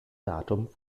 datum